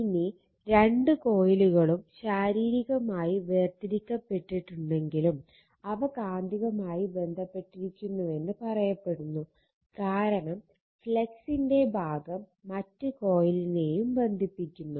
ഇനി 2 കോയിലുകളും ശാരീരികമായി വേർതിരിക്കപ്പെട്ടിട്ടുണ്ടെങ്കിലും അവ കാന്തികമായി ബന്ധപ്പെട്ടിരിക്കുന്നുവെന്ന് പറയപ്പെടുന്നു കാരണം ഫ്ലക്സിന്റെ ഭാഗം മറ്റ് കോയിലിനെയും ബന്ധിപ്പിക്കുന്നു